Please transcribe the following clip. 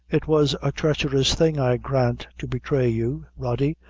it was a treacherous thing, i grant, to betray you, rody,